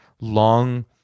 long